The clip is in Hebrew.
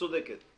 את צודקת.